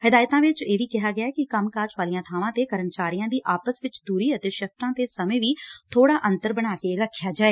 ਹਦਾਇਤਾਂ ਚ ਇਹ ਵੀ ਕਿਹਾ ਗਿਐ ਕਿ ਕੰਮ ਕਾਜ ਵਾਲੀਆਂ ਬਾਵਾਂ ਤੇ ਕਰਮਚਾਰੀਆਂ ਦੀ ਆਪਸ ਵਿਚ ਦੁਰੀ ਅਤੇ ਸਿਫ਼ਟਾਂ ਦੇ ਸਮੇਂ ਵਿਚ ਵੀ ਬੋਤ਼ਾ ਅੰਤਰ ਬਣਾ ਕੇ ਰਖਿਆ ਜਾਏ